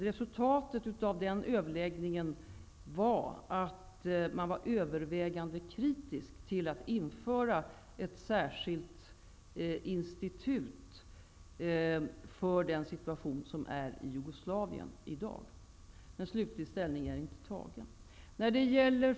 Resultatet av denna överläggning var att man var övervägande kritisk till att införa ett särskilt institut för den situation som råder i Jugoslavien i dag. Men något slutligt ställningstagande har inte gjorts.